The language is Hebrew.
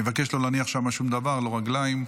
אני מבקש לא להניח שם שום דבר, לא רגליים,